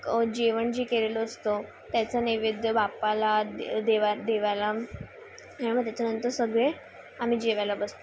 जेवण जे केलेलं असतं त्याचं नैवेद्य बापाला देवा देवाला त्याच्यानंतर सगळे आम्ही जेवायला बसतो